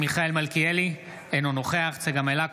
מיכאל מלכיאלי, אינו נוכח צגה מלקו,